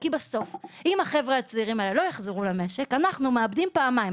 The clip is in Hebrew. כי אם החבר'ה הצעירים האלה לא יחזרו למשק אנחנו מאבדים פעמיים,